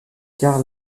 karl